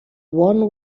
one